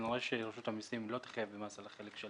כנראה שרשות המיסים לא תחייב במס על החלק של